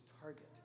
target